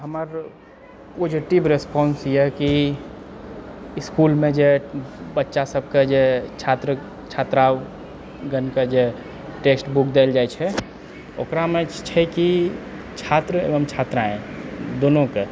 हमर positive response यऽ कि इसकुलमे जे बच्चा सबकेँ जे छात्र छात्रा गणकेँ जे टेस्टबुक देल जाइत छै ओकरामे छै कि छात्र एवं छात्राएँ दुनुके